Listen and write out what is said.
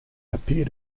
appear